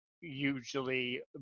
usually